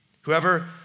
Whoever